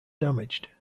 damaged